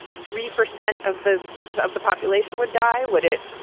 three percent of the of the population would die, would it?